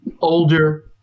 Older